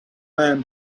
man